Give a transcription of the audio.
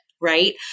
right